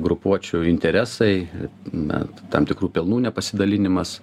grupuočių interesai na tam tikrų pelnų nepasidalinimas